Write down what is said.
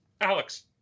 Alex